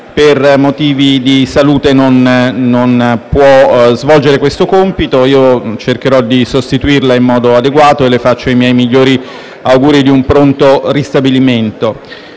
per motivi di salute non potrà svolgere questo compito. Io cercherò di sostituirla in modo adeguato rivolgendole i miei migliori auguri di un pronto ristabilimento.